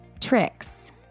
tricks